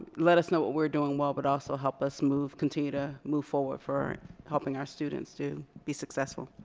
let us know what we're doing well but also help us move continue to move forward for helping our students to be successful.